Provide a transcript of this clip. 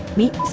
meet,